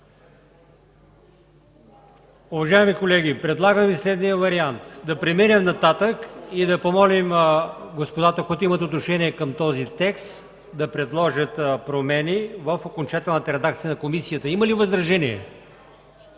Уважаеми колеги, предлагам Ви следния вариант: да преминем нататък и да помолим господата, които имат отношение към този текст, да предложат промени в окончателната редакция на комисията. Има ли възражения?